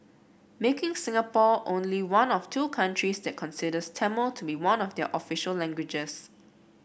making Singapore only one of two countries that considers Tamil to be one of their official languages